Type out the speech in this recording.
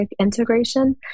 integration